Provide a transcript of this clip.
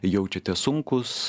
jaučiatės sunkūs